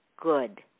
good